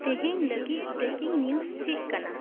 ᱛᱮᱦᱮᱧ ᱞᱟᱹᱜᱤᱫ breaking news ᱪᱮᱫ ᱠᱟᱱᱟ